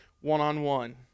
one-on-one